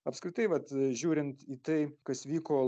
apskritai vat žiūrint į tai kas vyko